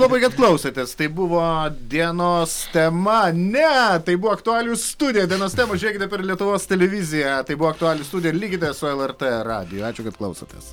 labai kad klausotės tai buvo dienos tema ne tai buvo aktualijų studija dienos temą žiūrėkite per lietuvos televiziją tai buvo aktualijų studija ir likite su lrt radiju ačiū kad klausotės